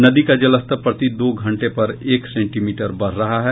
नदी का जलस्तर प्रति दो घंटों पर एक सेंटीमीटर बढ़ रहा है